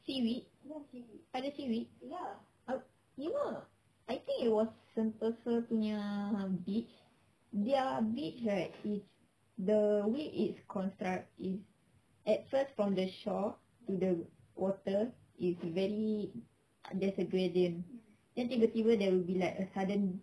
seaweed ada seaweed you know I think it was sentosa punya beach their beach right is the way it's construct is at first from the shore to the water it's very there's a gradient then tiba-tiba there will be a like sudden